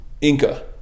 inca